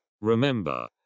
Remember